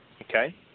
Okay